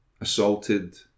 assaulted